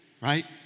right